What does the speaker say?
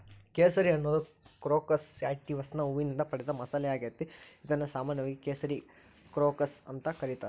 ಕೇಸರಿ ಅನ್ನೋದು ಕ್ರೋಕಸ್ ಸ್ಯಾಟಿವಸ್ನ ಹೂವಿನಿಂದ ಪಡೆದ ಮಸಾಲಿಯಾಗೇತಿ, ಇದನ್ನು ಸಾಮಾನ್ಯವಾಗಿ ಕೇಸರಿ ಕ್ರೋಕಸ್ ಅಂತ ಕರೇತಾರ